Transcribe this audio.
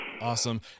Awesome